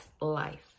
life